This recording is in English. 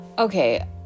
Okay